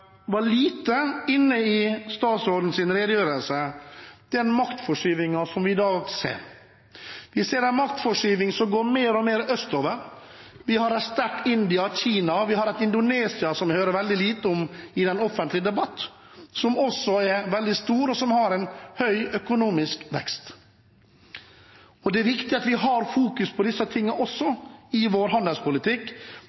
i dag. Vi ser en maktforskyvning som går mer og mer østover. Vi har et sterkt India og Kina, vi har et Indonesia – som vi hører veldig lite om i den offentlige debatt – som også er veldig stort, og som har en høy økonomisk vekst. Det er viktig at vi har fokus på disse